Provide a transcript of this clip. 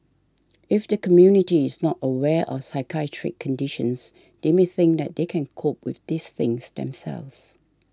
if the community is not aware of psychiatric conditions they may think that they can cope with these things themselves